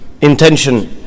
intention